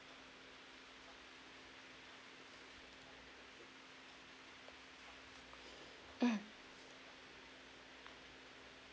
mm